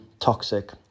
toxic